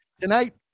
Tonight